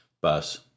bus